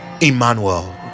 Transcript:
emmanuel